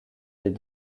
les